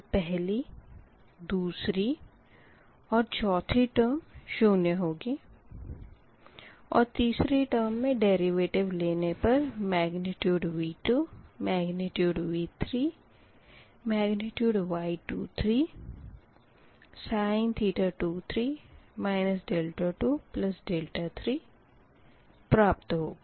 तो पहली दूसरी ओर चौथी टर्म शून्य होगी और तीसरी टेर्म मे डेरिवेटिव लेने पर V2V3Y23 then sin 23 23 प्राप्त होगा